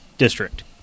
district